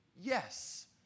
yes